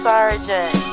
Sergeant